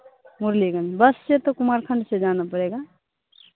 Murliganj bus से तो कुमारखण्ड से जाना पड़ेगा